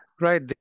Right